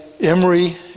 Emory